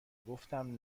گفتم